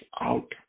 out